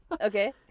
Okay